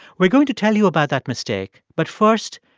we're going to tell you about that mistake. but first,